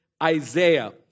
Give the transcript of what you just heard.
Isaiah